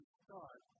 start